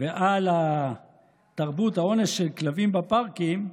ועל תרבות האונס של כלבים בפארקים,